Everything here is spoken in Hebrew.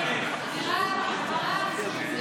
51 בעד, 60